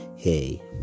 Hey